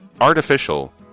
Artificial